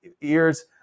ears